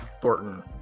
Thornton